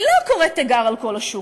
היא לא קוראת תיגר על כל השוק,